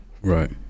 Right